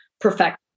perfect